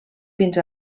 fins